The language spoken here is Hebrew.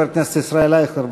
חבר הכנסת ישראל אייכלר,